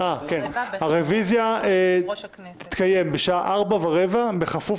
הרוויזיה תתקיים בשעה ארבע ורבע בכפוף